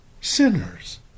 sinners